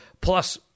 ...plus